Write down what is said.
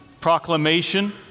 proclamation